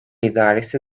idaresi